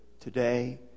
today